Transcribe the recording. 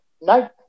No